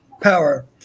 power